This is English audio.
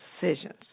decisions